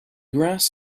grass